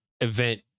event